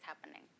happening